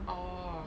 oh